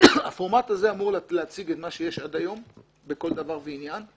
הפורמט הזה אמור להציג את מה שיש עד היום בכל דבר ועניין.